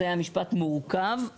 זה היה משפט מורכב.